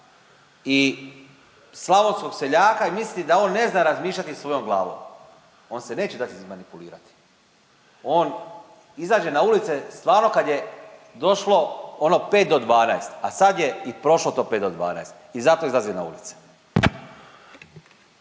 i slavonskog seljaka i misliti da on ne zna razmišljati svojom glavom. On se neće dati izmanipulirati. On izađe na ulice stvarno kad je došlo ono pet do 12, a sad je i prošlo to pet do 12 i zato izlaze na ulice.